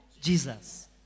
Jesus